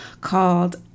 called